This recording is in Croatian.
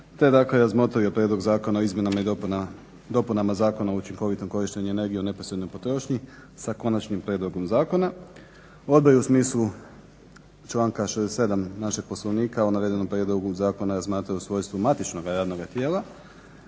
te dakle razmotrio Prijedlog zakona o izmjenama i dopunama Zakona o učinkovitom korištenju energije u neposrednoj potrošnji sa konačnim prijedlogom zakona. Odbor je u smislu članka 67. našeg Poslovnika o navedenom prijedlogu zakona razmatrao u svojstvu matičnoga radnoga tijela,